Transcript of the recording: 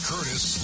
Curtis